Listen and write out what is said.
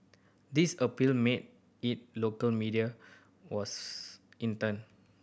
this appeal made it local media was in turn